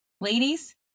ladies